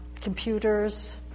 computers